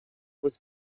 was